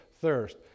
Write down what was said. thirst